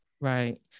Right